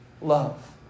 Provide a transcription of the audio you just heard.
love